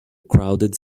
crowded